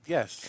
Yes